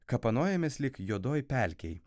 kapanojamės lyg juodoj pelkėj